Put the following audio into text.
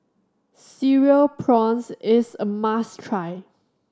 Cereal Prawns is a must try